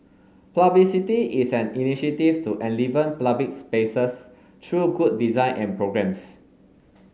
publicity is an initiative to enliven public spaces through good design and programmes